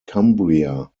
cumbria